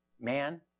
man